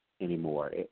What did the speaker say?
anymore